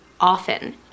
Often